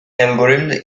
algorithms